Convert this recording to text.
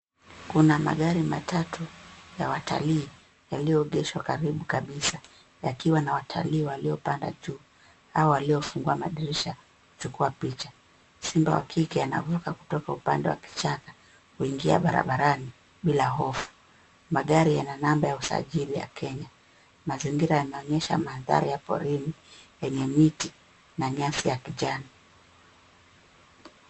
Kuna magari matatu ya watalii, yaliyoegeshwa karibu kabisa yakiwa na watalii waliopanda juu au waliofungua madirisha, kuchukua picha. Simba wakike anavuka kutoka upande wa kichaka, kuingia barabarani bila hofu. Magari yana namba ya usajili ya Kenya. Mazingira yanaonyesha mandhari ya porini, yenye miti na nyasi na nyasi ya kijani.